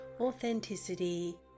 authenticity